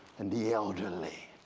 and the elderly,